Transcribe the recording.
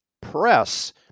Press